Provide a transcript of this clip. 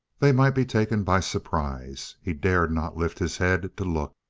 they might be taken by surprise. he dared not lift his head to look